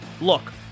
Look